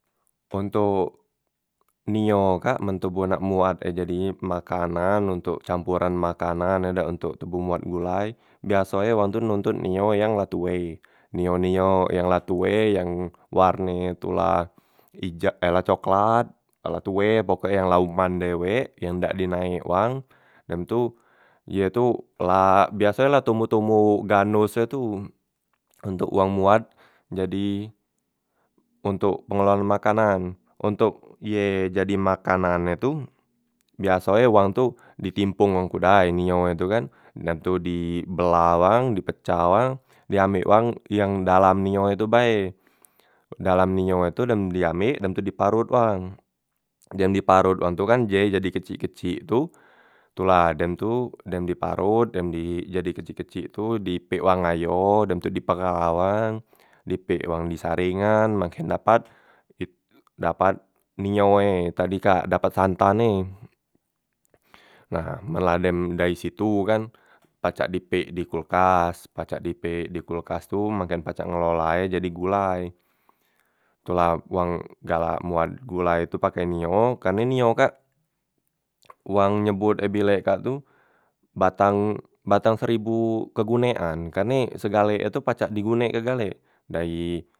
Ontok nio kak men toboh nak moat e jadi makanan ontok camporan makanan e dak ontok toboh moat gulai, biaso e wong tu nontot nio yang la tue, nio- nio yang la tue yang warne e tu la ija e la coklat la tue pokok e yang la uman dewek yang dak di naek wang, dem tu ye tu la biaso e la tomboh- tomboh ganos e tu ontok wong moat jadi ontok pengelolan makanan, ontok ye jadi makanan e tu biaso e wang tu ditimpung e ku dai nio e tu kan, dem tu dibelah wang dipecah wang diambek wang yang dalam nio e tu bae, dalam nio e tu dem diambek dem tu diparot wang, dem diparot wang tu kan ye jadi kecik- kecik tu, tu la dem tu dem diparot dem di jadi kecik- kecik tu di pek wang ayo dem tu dipela wang di pek wang di saringan maken dapat ip dapat nio e tadi kak dapat santan e nah men la dem dayi situ e kan pacak di pek di kolkas, pacak di pek di kolkas tu maken pacak ngelola e jadi gulai. Tu la wang galak moat gulai tu pake nio, karne nio kak wang nyebut e bilek kak tu batang batang seribu kegunean, karne segale e tu pacak digunek e galek dayi.